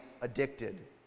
addicted